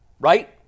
right